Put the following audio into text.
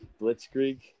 Blitzkrieg